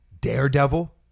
Daredevil